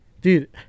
Dude